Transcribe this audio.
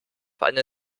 einen